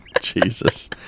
jesus